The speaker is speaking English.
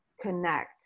connect